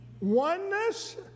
oneness